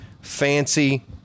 Fancy